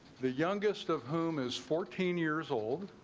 the youngest of whom is fourteen years old.